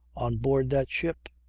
on board that ship.